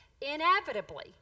inevitably